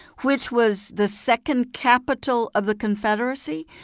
which was the second capital of the confederacy.